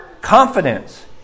Confidence